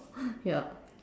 ya